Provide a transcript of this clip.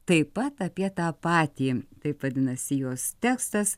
taip pat apie tą patį taip vadinasi jos tekstas